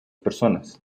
personas